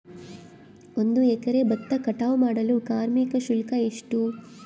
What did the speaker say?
ಒಂದು ಎಕರೆ ಭತ್ತ ಕಟಾವ್ ಮಾಡಲು ಕಾರ್ಮಿಕ ಶುಲ್ಕ ಎಷ್ಟು?